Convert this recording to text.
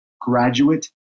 graduate